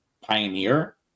Pioneer